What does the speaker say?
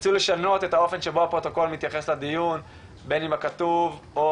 ירצו לשנות את האופן שבו הפרוטוקול מתייחס לדיון בין אם בכתוב או